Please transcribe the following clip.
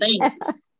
Thanks